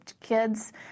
kids